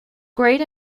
great